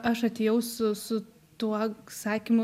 aš atėjau su su tuo sakymu